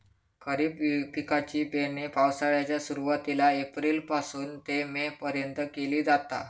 खरीप पिकाची पेरणी पावसाळ्याच्या सुरुवातीला एप्रिल पासून ते मे पर्यंत केली जाता